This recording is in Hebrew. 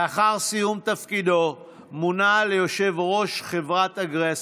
לאחר סיום תפקידו מונה ליו"ר חברת אגרקסקו.